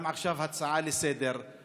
גם עכשיו הצעה לסדר-היום,